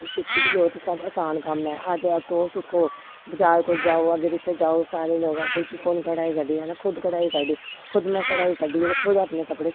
सिक्खी दी होग ते सब असान कम्म ऐ अज्ज तुस दिक्खो बजार कोई जाओ अग्गें पिच्छें जाओ सारे लोक आखदे कि कु'न्न कढाई कड्ढी आखना खुद कढाई कड्ढी खुद में अपनी कढाई कड्ढियै ते खुद अपने कपड़े